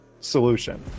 solution